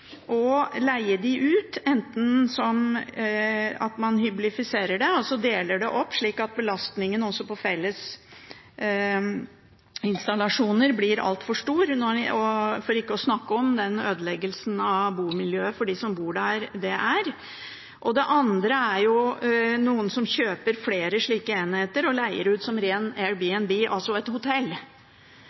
og leie dem ut, enten ved at man hyblifiserer – altså deler enheter opp slik at belastningen på fellesinstallasjoner blir altfor stor, for ikke å snakke om ødeleggelsen av bomiljøet for dem som bor der – eller ved at man kjøper flere slike enheter og leier dem ut som ren Airbnb, altså et hotell.